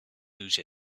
lose